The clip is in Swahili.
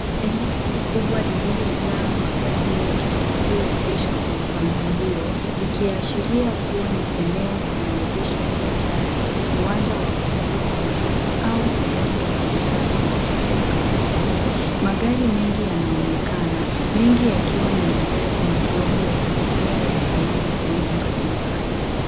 Eneo kubwa lililojaa magari menmengi liyoegeshwa kwa mpangilio likiashiria kuwa ni eneo la maegesho ya magari, uwanja wa kuuza magari au sehemu ya kuhifadhi magari ya kampuni. Magari mengi yanaonekana ,mengi yakiwa ni magari madogo ya abiria ya aina ya rangi mbalimbali.